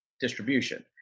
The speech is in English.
distribution